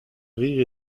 rire